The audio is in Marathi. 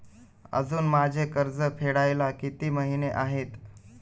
अजुन माझे कर्ज फेडायला किती महिने आहेत?